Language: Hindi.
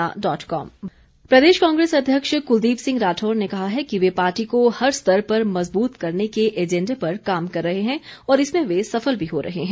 कांग्रेस प्रदेश कांग्रेस अध्यक्ष कुलदीप सिंह राठौर ने कहा है कि वे पार्टी को हर स्तर पर मजबूत करने के एजेंडे पर काम कर रहे हैं और इसमें वे सफल भी हो रहे हैं